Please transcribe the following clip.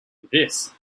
this